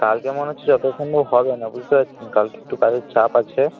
কালকে মনে হচ্ছে যতো সম্ভব হবে না বুঝতে পারছেন কালকে একটু কাজের চাপ আছে